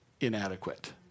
inadequate